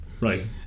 right